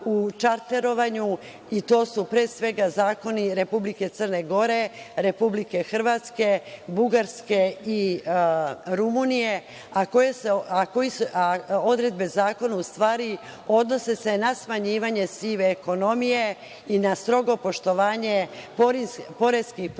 i to su pre svega zakoni Republike Crne Gore, Republike Hrvatske, Bugarske i Rumunije, a odredbe zakona se u stvari odnose na smanjivanje sive ekonomije i na strogo poštovanje poreskih propisa